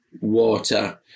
water